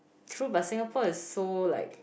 true but Singapore is so like